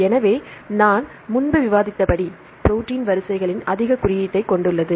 எனவே நான் முன்பு விவாதித்தபடி ப்ரோடீன் வரிசைகளின் அதிக குறியீட்டைக் கொண்டுள்ளது